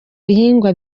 bihingwa